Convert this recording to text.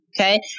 okay